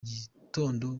gitondo